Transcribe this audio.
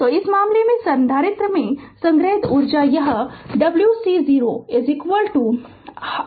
तो इस मामले में संधारित्र में संग्रहीत ऊर्जा यह w c 0 आधा C V0 2 सही है